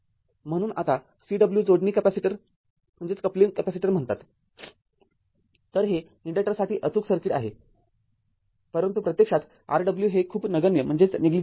म्हणून याला Cw जोडणी कॅपेसिटर म्हणतात तर हे इंडक्टरसाठी अचूक सर्किट आहे परंतु प्रत्यक्षात Rw हे खूप नगण्य आहे आणि Cw देखील नगण्य आहे